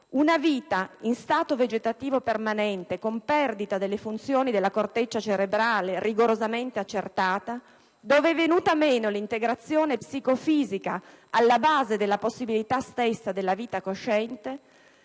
una vita in stato vegetativo permanente con perdita delle funzioni della corteccia cerebrale rigorosamente accertata, dove è venuta meno l'integrazione psicofisica alla base della possibilità stessa della vita cosciente,